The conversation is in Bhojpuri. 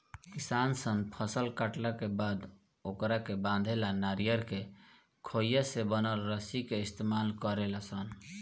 किसान सन फसल काटला के बाद ओकरा के बांधे ला नरियर के खोइया से बनल रसरी के इस्तमाल करेले सन